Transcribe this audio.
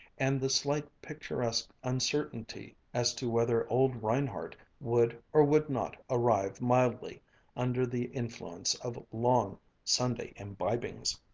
and the slight picturesque uncertainty as to whether old reinhardt would or would not arrive mildly under the influence of long sunday imbibings.